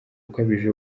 ukabije